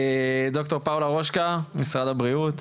ד"ר פאולה רושקה, משרד הבריאות,